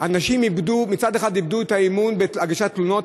אנשים מצד אחד איבדו את האמון בהגשת תלונות,